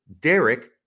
Derek